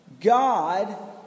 God